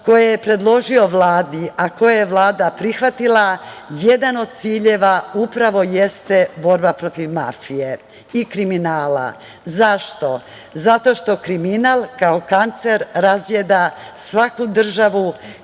koje je predložio Vladi, a koje je Vlada prihvatila, jedan od ciljeva upravo jeste borba protiv mafije i kriminala.Zašto? Zato što kriminal, kao kancer, razjeda svaku državu,